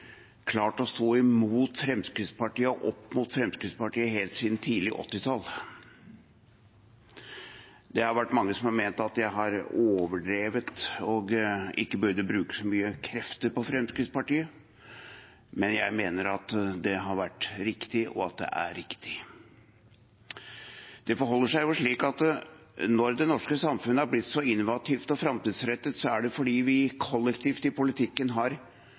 klart å stå imot Fremskrittspartiet og opp mot Fremskrittspartiet helt siden tidlig 1980-tall. Det har vært mange som har ment at jeg har overdrevet og ikke burde bruke så mye krefter på Fremskrittspartiet, men jeg mener at det har vært riktig, og at det er riktig. Det forholder seg slik at når det norske samfunnet er blitt så innovativt og framtidsrettet, er det fordi vi kollektivt i politikken har